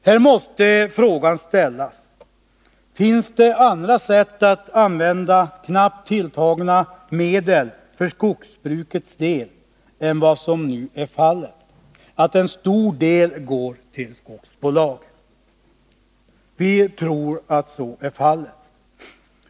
Här måste frågan ställas: Finns det andra sätt att använda knappt tilltagna medel för skogsbrukets del än vad som nu är fallet, då en stor del går till skogsbolag? Vi tror att så är fallet.